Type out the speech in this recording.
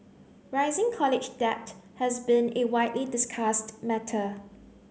rising college debt has been a widely discussed matter